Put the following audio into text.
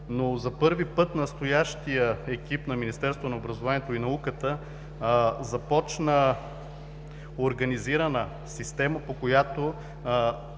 но за първи път настоящият екип на Министерството на образованието и науката стартира организирана система, по която